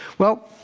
well,